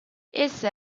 esse